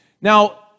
Now